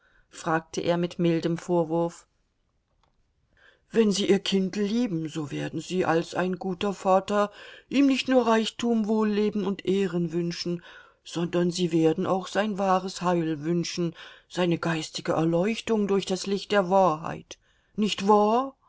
fragte er mit mildem vorwurf wenn sie ihr kind lieben so werden sie als ein guter vater ihm nicht nur reichtum wohlleben und ehren wünschen sondern sie werden auch sein wahres heil wünschen seine geistige erleuchtung durch das licht der wahrheit nicht wahr